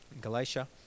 Galatia